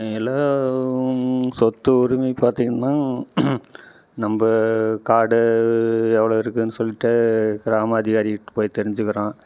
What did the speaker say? எல்லாம் சொத்து உரிமை பார்த்திங்கனா நம்ம காடு எவ்வளோ இருக்குதுன்னு சொல்லிட்டு கிராமம் அதிகாரிக்கிட்ட போய் தெரிஞ்சிக்கிறோம்